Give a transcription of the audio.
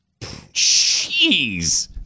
Jeez